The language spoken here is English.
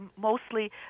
mostly